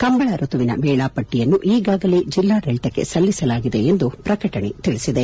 ಕಂಬಳ ಋತುವಿನ ವೇಳಾಪಟ್ಟಿಯನ್ನು ಈಗಾಗಲೇ ಜಿಲ್ಲಾಡಳಿತಕ್ಕೆ ಸಲ್ಲಿಸಲಾಗಿದೆ ಎಂದು ಪ್ರಕಟಣೆ ತಿಳಿಸಿದೆ